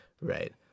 Right